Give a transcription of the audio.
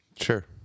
Sure